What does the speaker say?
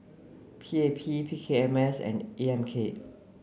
P A P P K M S and A M K